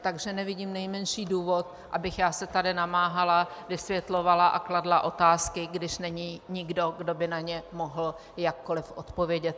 Takže nevidím nejmenší důvod, abych se tady namáhala, vysvětlovala a kladla otázky, když není nikdo, kdo by na ně mohl jakkoliv odpovědět.